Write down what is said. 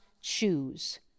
choose